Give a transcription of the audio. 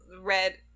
red